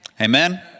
Amen